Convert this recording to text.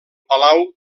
palau